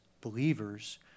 believers